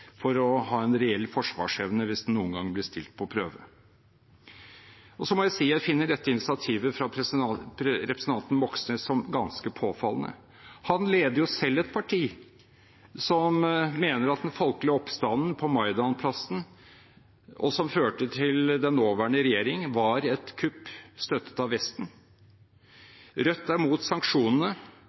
for å ha en reell forsvarsevne hvis man noen gang blir stilt på prøve. Jeg må si jeg finner dette initiativet fra representanten Moxnes som ganske påfallende. Han leder jo selv et parti som mener at den folkelige oppstanden på Maidan-plassen, som førte til den nåværende regjering, var et kupp støttet av Vesten. Rødt er imot sanksjonene